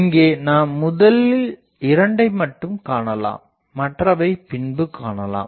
இங்கே நாம் முதலில் இரண்டை மட்டும் காணலாம் மற்றவற்றை பின்பு காணலாம்